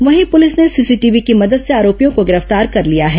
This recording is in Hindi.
वहीं पुलिस ने सीसीटीवी की मदद से आरोपियों को गिरफ्तार कर लिया है